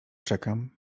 czekam